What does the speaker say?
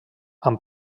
amb